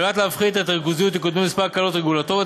על מנת להפחית את הריכוזיות יקודמו כמה הקלות רגולטוריות